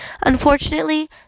Unfortunately